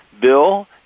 Bill